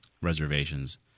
reservations